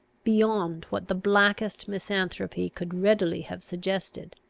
beyond what the blackest misanthropy could readily have suggested.